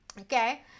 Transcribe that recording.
Okay